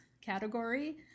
category